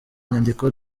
nyandiko